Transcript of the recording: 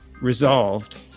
resolved